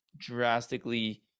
drastically